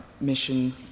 mission